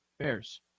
Bears